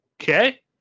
Okay